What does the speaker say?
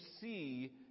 see